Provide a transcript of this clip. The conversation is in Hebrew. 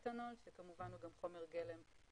אתנול שכמובן הוא גם חומר גלם לאלכוג'ל.